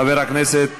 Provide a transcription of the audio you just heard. חבר הכנסת